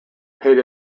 paid